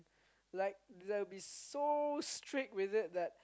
like they will be so strict with it that